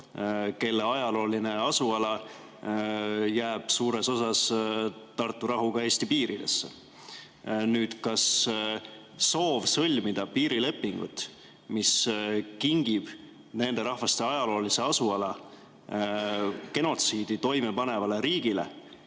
kelle ajalooline asuala jääb suures osas Tartu rahu kohaselt Eesti piiridesse. Kas soov sõlmida piirileping, mis kingib nende rahvaste ajaloolise asuala genotsiidi toime panevale riigile